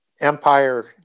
Empire